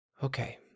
Okay